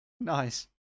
Nice